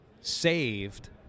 saved—